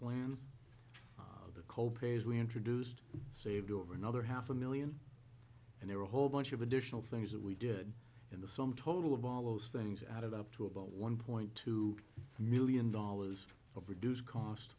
plans the co pays we introduced saved over another half a million and there are a whole bunch of additional things that we did in the sum total of all those things out of up to about one point two million dollars of reduced cost